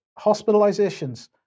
hospitalizations